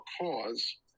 cause